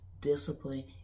Discipline